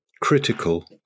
critical